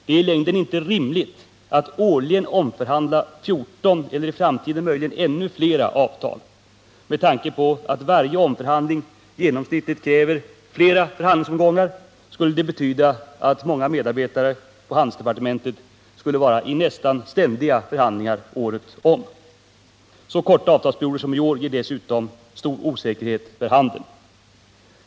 Det är i längden inte rimligt att årligen omförhandla 14 eller i framtiden möjligen ännu flera avtal. Med tanke på att varje omförhandling genomsnittligt kräver flera förhandlingsomgångar skulle en sådan ordning innebära att många medarbetare på handelsdepartementet var i ständiga förhandlingar nästan året om. Så korta avtalsperioder som ett år medför också att stor osäkerhet blir för handen.